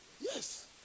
Yes